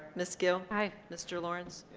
miss gill hi mr. lawrence,